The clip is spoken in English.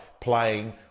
playing